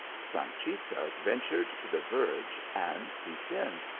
sanchica ventured to the verge and peeped in.